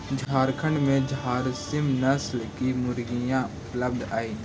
झारखण्ड में झारसीम नस्ल की मुर्गियाँ उपलब्ध हई